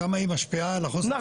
כמה היא משפיעה על --- נכון.